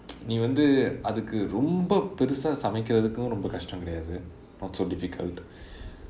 நீ வந்து அதுக்கு ரொம்ப பெருசா சமைக்கிறதுக்கும் ரொம்ப கஷ்டம் கிடையாது:nee vanthu athukku romba perusa samaikkirathukkum romba kashtam kidaiyaathu not so difficult